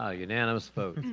ah unanimous vote.